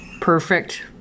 perfect